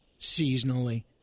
seasonally